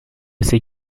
ses